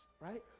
right